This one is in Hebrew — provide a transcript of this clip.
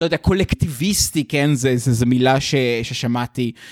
לא יודע, קולקטיביסטי, כן? זה, זה מילה ש... ששמעתי.